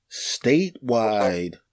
Statewide